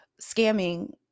scamming